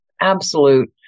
absolute